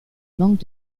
manque